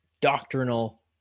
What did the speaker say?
doctrinal